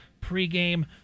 pregame